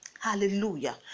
Hallelujah